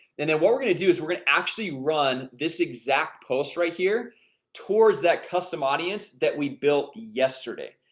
and then what we're gonna. do is we're gonna actually run this exact post right here towards that custom audience that we built yesterday.